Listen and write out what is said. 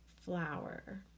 flower